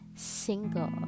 single